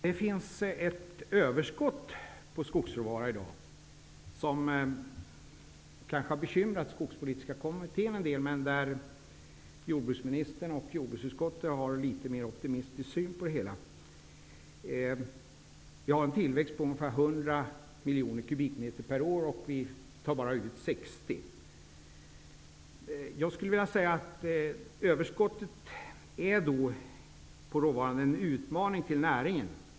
Det finns ett överskott på skogsråvara i dag, vilket kanske har bekymrat den skogspolitiska kommittén en del. Jordbruksministern och jordbruksutskottet har dock en litet mer optimistisk syn. Vi har en tillväxt på ungefär 100 miljoner kubikmeter per år. Vi tar bara ut 60. Överskottet på råvaran är en utmaning till näringen.